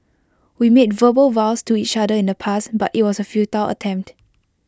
we made verbal vows to each other in the past but IT was A futile attempt